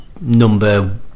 number